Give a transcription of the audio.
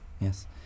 Yes